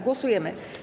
Głosujemy.